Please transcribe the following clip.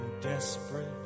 desperate